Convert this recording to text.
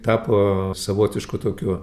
tapo savotišku tokiu